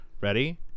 Ready